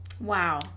Wow